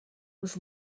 was